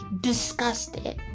disgusted